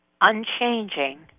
unchanging